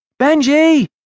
Benji